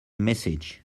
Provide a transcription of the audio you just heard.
message